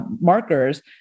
markers